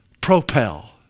propel